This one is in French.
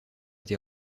été